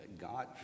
God